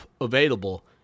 available